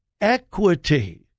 equity